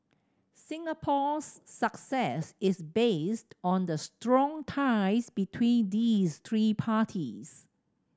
Singapore's success is based on the strong ties between these three parties